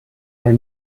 are